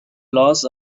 loss